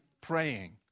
praying